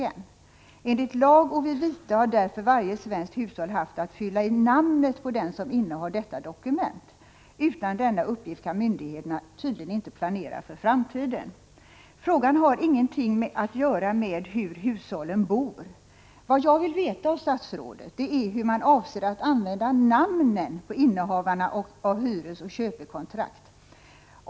Enligt lag och vid vite har därför varje svenskt hushåll haft att fylla i namnet på den som innehar detta dokument. Utan denna uppgift kan myndigheterna inte planera för framtiden. Frågan har ingenting att göra med hur hushållen bor. Vad jag vill veta av statsrådet är hur man avser att använda namnen på innehavarna av hyresoch köpekontrakt.